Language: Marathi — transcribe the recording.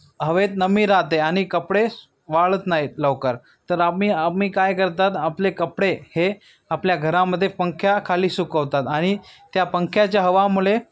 हवेत नमी राहते आणि कपडे वाळत नाहीत लवकर तर आम्ही आम्ही काय करतात आपले कपडे हे आपल्या घरामध्ये पंख्याखाली सुकवतात आणि त्या पंख्याच्या हवेमुळे